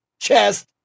chest